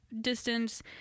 distance